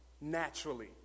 naturally